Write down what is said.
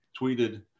tweeted